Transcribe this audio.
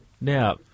Now